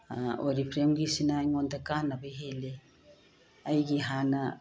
ꯑꯣꯔꯤꯐ꯭ꯂꯦꯝꯒꯤꯁꯤꯅ ꯑꯩꯉꯣꯟꯗ ꯀꯥꯟꯅꯕ ꯍꯦꯜꯂꯤ ꯑꯩꯒꯤ ꯍꯥꯟꯅ